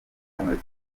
knowless